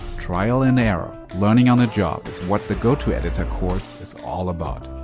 trial and error, learning on the job is what the go-to editor course is all about.